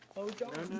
oh darn.